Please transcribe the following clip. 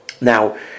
Now